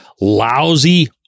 lousy